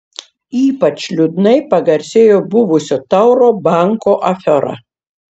ypač liūdnai pagarsėjo buvusio tauro banko afera